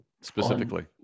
Specifically